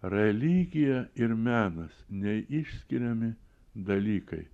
religija ir menas neišskiriami dalykai